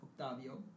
Octavio